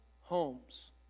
homes